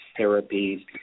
therapies